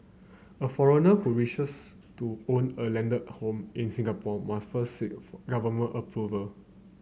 a foreigner who wishes to own a landed home in Singapore must first seek government approval